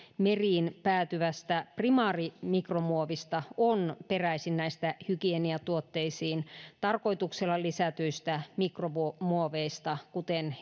meriin päätyvästä primaarimikromuovista on peräisin näistä hygieniatuotteisiin tarkoituksella lisätyistä mikromuoveista kuten